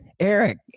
Eric